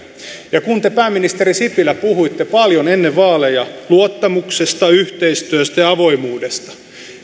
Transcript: ja kun te pääministeri sipilä puhuitte paljon ennen vaaleja luottamuksesta yhteistyöstä ja avoimuudesta